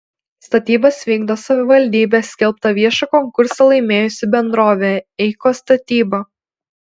statybas vykdo savivaldybės skelbtą viešą konkursą laimėjusi bendrovė eikos statyba